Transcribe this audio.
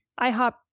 IHOP